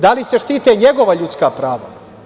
Da li se štite njegova ljudska prava?